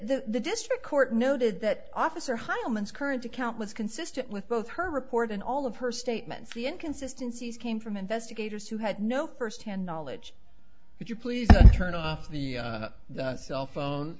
the district court noted that officer heilman current account was consistent with both her report and all of her statements the inconsistency is came from investigators who had no firsthand knowledge would you please turn off the cell phone